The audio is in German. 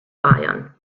bayern